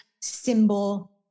symbol